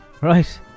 Right